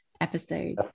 episode